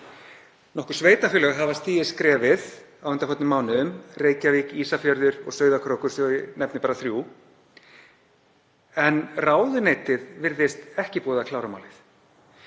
Nokkur sveitarfélög hafa stigið skrefið á undanförnum mánuðum, Reykjavík, Ísafjörður og Sauðárkrókur, svo ég nefni bara þrjú, en ráðuneytið virðist ekki búið að klára málið.